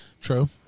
True